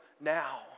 now